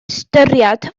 ystyried